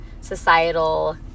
societal